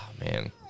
man